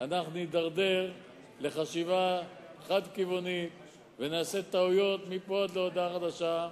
נידרדר לחשיבה חד-כיוונית ונעשה טעויות מפה ועד להודעה חדשה.